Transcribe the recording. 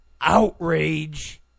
outrage